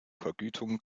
vergütung